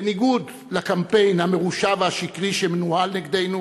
בניגוד לקמפיין המרושע והשקרי שמנוהל נגדנו